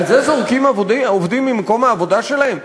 על זה זורקים עובדים ממקום העבודה שלהם?